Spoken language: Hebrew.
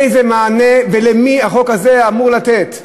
איזה מענה ולמי החוק הזה אמור לתת.